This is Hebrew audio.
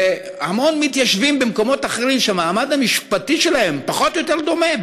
להמון מתיישבים במקומות אחרים שהמעמד המשפטי שלהם פחות או יותר דומה,